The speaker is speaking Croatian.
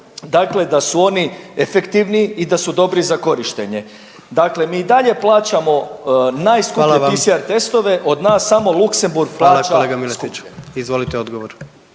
kaže da su oni efektivni i da su dobri za korištenje. Dakle, mi i dalje plaćamo najskuplje PCR testove, od nas samo Luksemburg plaća skuplje. **Jandroković, Gordan